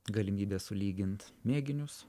galimybė sulygint mėginius